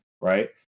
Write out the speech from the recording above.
Right